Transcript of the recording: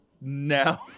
No